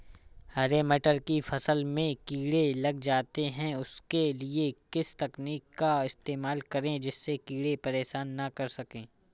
हरे मटर की फसल में कीड़े लग जाते हैं उसके लिए किस तकनीक का इस्तेमाल करें जिससे कीड़े परेशान ना कर सके?